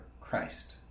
Christ